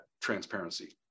transparency